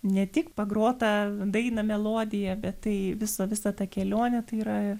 ne tik pagrota dainą melodiją bet tai visa visa ta kelionė tai yra